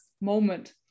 moment